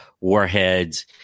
Warheads